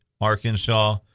Arkansas